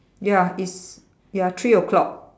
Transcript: ya is ya three o-clock